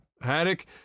haddock